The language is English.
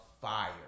fire